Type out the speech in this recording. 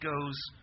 goes